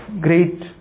great